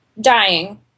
dying